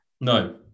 no